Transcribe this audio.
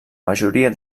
majoria